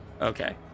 Okay